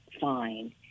fine